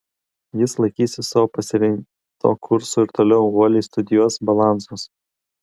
jis laikysis savo pasirinkto kurso ir toliau uoliai studijuos balansus